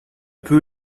peu